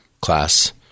class